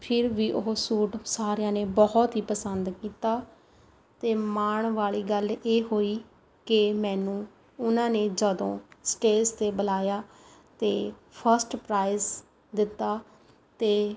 ਫਿਰ ਵੀ ਉਹ ਸੂਟ ਸਾਰਿਆਂ ਨੇ ਬਹੁਤ ਹੀ ਪਸੰਦ ਕੀਤਾ ਅਤੇ ਮਾਣ ਵਾਲੀ ਗੱਲ ਇਹ ਹੋਈ ਕਿ ਮੈਨੂੰ ਉਨ੍ਹਾਂ ਨੇ ਜਦੋਂ ਸਟੇਜ 'ਤੇ ਬੁਲਾਇਆ ਅਤੇ ਫਸਟ ਪ੍ਰਾਈਜ ਦਿੱਤਾ ਅਤੇ